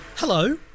Hello